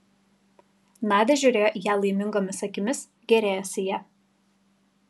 nadia žiūrėjo į ją laimingomis akimis gėrėjosi ja